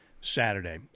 Saturday